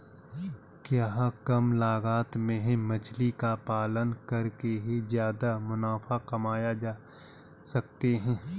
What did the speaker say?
क्या कम लागत में मछली का पालन करके ज्यादा मुनाफा कमा सकते हैं?